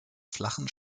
flachen